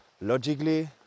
logically